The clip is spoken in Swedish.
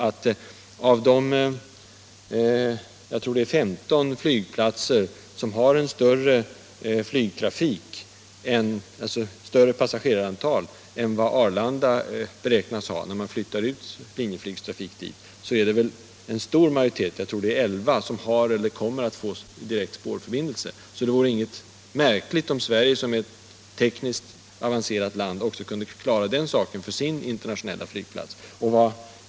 Av de, jag tror det är 15, flygplatser som har större passagerarantal än Arlanda beräknas få när man flyttar ut Linjeflygs trafik dit, är det en stor majoritet — jag tror det är 11 — som har eller kommer att få direkt spårförbindelse. 97 Det vore inget märkligt om Sverige, som är ett tekniskt avancerat land, också kunde klara den saken för sin internationella flygplats.